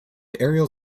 aerial